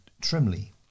Trimley